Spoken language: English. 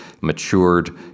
matured